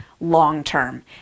long-term